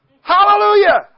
Hallelujah